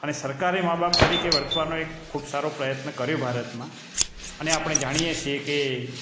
અને સરકારે માં બાપ તરીકે વર્તવાનો એક ખૂબ સારો પ્રયત્ન કર્યો ભારતમાં અને આપણે જાણીએ છીએ કે